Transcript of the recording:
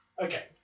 Okay